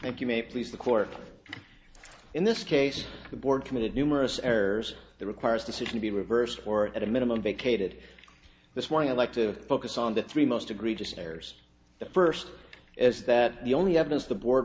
if you may please the court in this case the board committed numerous errors that requires decision to be reversed or at a minimum vacated this one you like to focus on the three most egregious errors the first is that the only evidence the board